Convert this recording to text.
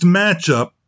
matchup